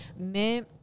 Mais